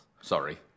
Sorry